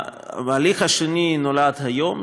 ההליך השני נולד היום,